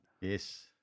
Yes